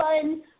fun